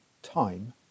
time